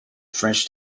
french